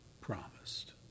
promised